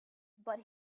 but